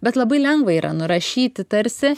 bet labai lengva yra nurašyti tarsi